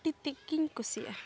ᱟᱹᱰᱤ ᱛᱮᱫ ᱜᱮᱧ ᱠᱩᱥᱤᱜᱼᱟ